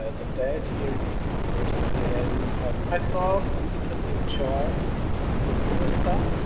ah de tijd, here in flanders and i saw an interesting chart from eurostat,